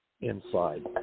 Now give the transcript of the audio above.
inside